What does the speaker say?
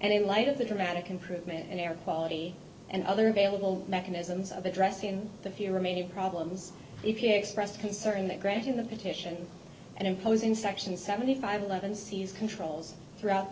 and in light of the dramatic improvement in air quality and other available mechanisms of address and the few remaining problems if he expressed concern that granting the petition and imposing section seventy five eleven sees controls throughout